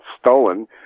stolen